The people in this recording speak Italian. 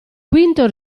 quinto